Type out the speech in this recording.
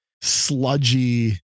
sludgy